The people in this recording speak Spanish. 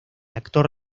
actor